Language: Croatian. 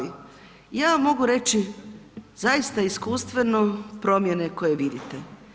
Ja vam mogu reći zaista iskustveno promjene koje vidite.